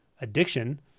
addiction